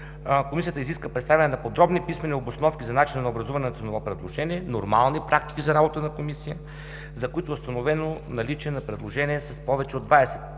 Комисията изиска представяне на подробни писмени обосновки за начина на образуване на ценово предложение – нормални практики за работа на Комисия, за които е установено наличие на предложение с повече от 20%